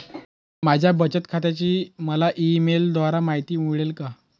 माझ्या बचत खात्याची मला ई मेलद्वारे माहिती मिळेल का?